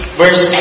verse